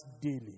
daily